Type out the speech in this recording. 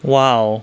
!wow!